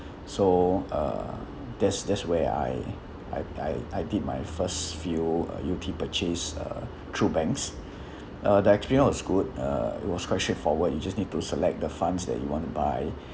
so uh there's there's where I I I I did my first few uh U_T purchase uh through banks uh the experience was good uh it was quite straightforward you just need to select the funds that you want buy